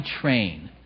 train